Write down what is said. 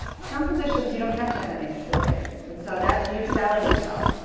some positions you don't have to have any experience. and so that's you selling yourself.